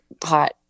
pot